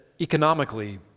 economically